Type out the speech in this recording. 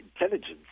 intelligence